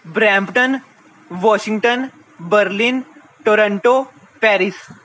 Brampton Washington Berlin Toronto Paris